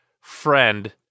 friend